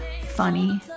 funny